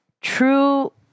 true